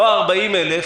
לא ה-40,000,